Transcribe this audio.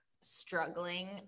struggling